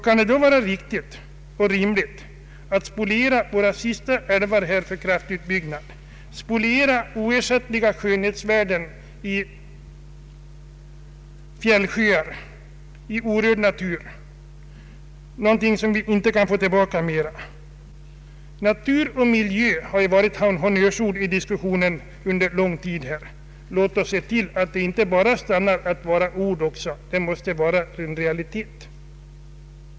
Kan det då vara riktigt och rimligt att spoliera våra sista älvar för kraftutbyggnad, <spoliera oersättliga skönhetsvärden i fjällsjöar, i orörd natur som vi inte kan få tillbaka? Natur och miljö har varit honnörsord i diskussionen under lång tid. Låt oss se till att de orden blir realitet.